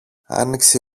άνοιξε